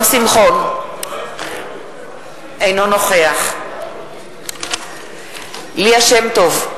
אינו נוכח ליה שמטוב,